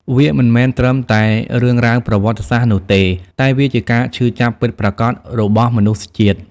វាមិនមែនត្រឹមតែរឿងរ៉ាវប្រវត្តិសាស្ត្រនោះទេ តែវាជាការឈឺចាប់ពិតប្រាកដរបស់មនុស្សជាតិ។